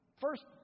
first